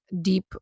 deep